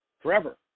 forever